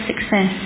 success